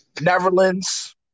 Netherlands